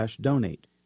donate